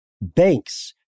banks